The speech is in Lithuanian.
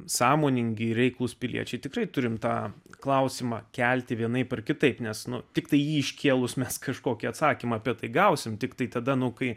sąmoningi reiklūs piliečiai tikrai turime tą klausimą kelti vienaip ar kitaip nes nu tiktai jį iškėlus mes kažkokį atsakymą apie tai gausime tiktai tada nu kai